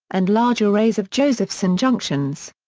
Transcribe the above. and large arrays of josephson junctions.